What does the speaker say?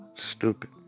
Stupid